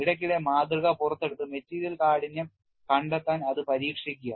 ഇടയ്ക്കിടെ മാതൃക പുറത്തെടുത്ത് മെറ്റീരിയൽ കാഠിന്യം കണ്ടെത്താൻ അത് പരീക്ഷിക്കുക